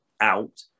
out